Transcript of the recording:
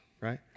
Right